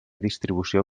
distribució